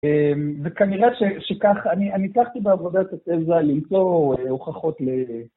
וכנראה שכך, אני הצלחתי בעבודת התזה למצוא הוכחות ל...